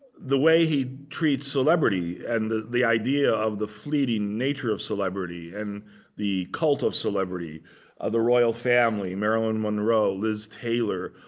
the way he treats celebrity and the the idea of the fleeting nature of celebrity and the cult of celebrity of the royal family, marilyn monroe, liz taylor.